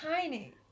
tiny